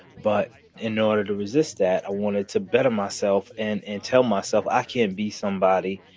but in order to resist that, i wanted to better myself and and tell myself i can be somebody,